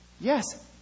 Yes